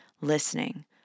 listening